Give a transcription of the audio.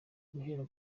guhera